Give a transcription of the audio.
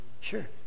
Sure